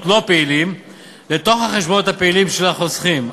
לא פעילים לתוך החשבונות הפעילים של החוסכים.